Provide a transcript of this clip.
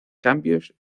cambios